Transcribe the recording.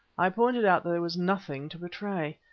i pointed out that there was nothing to betray.